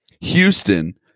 Houston